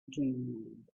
dreamland